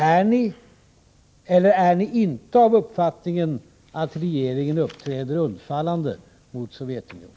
Är ni eller är ni inte av uppfattningen att regeringen uppträder undfallande mot Sovjetunionen?